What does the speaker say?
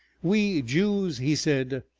we jews, he said,